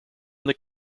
that